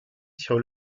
sur